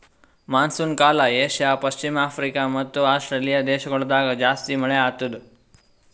monsoon ಕಾಲ Asia, ಪಶ್ಚಿಮ Africa ಮತ್ತ ಆಸ್ಟ್ರೇಲಿಯಾ ದೇಶಗೊಳ್ದಾಗ್ ಜಾಸ್ತಿ ಮಳೆ ಆತ್ತುದ್